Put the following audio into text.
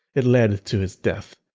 it led to his death.